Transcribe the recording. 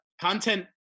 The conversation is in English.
content